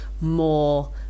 more